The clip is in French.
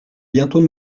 bientôt